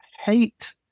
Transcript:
hate